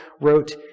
wrote